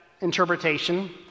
interpretation